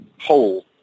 hole